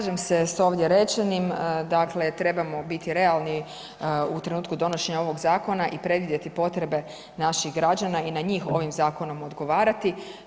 Slažem s ovdje rečenim, dakle trebamo biti realni u trenutku donošenja ovog zakona i predvidjeti potrebe naših građana i na njih ovim zakonom odgovarati.